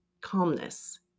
calmness